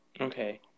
Okay